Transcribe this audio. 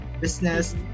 business